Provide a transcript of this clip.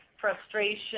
frustration